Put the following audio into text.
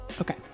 Okay